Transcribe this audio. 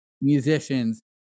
musicians